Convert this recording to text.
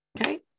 Okay